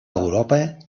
europa